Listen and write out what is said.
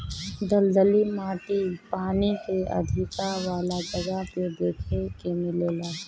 दलदली माटी पानी के अधिका वाला जगह पे देखे के मिलेला